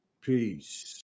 Peace